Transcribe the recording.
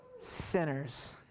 Sinners